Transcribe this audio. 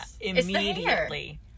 Immediately